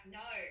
no